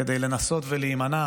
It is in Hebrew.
כדי לנסות להימנע